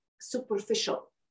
superficial